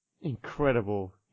Incredible